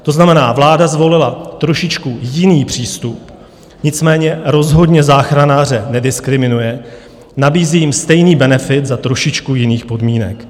To znamená, vláda zvolila trošičku jiný přístup, nicméně rozhodně záchranáře nediskriminuje, nabízí jim stejný benefit za trošičku jiných podmínek.